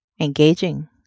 engaging